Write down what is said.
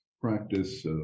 practice